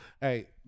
hey